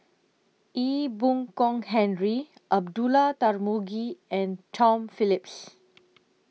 Ee Boon Kong Henry Abdullah Tarmugi and Tom Phillips